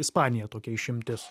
ispanija tokia išimtis